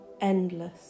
endless